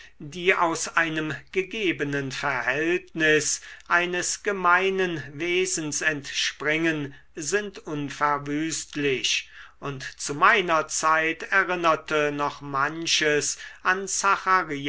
die aus einem gegebenen verhältnis eines gemeinen wesens entspringen sind unverwüstlich und zu meiner zeit erinnerte noch manches an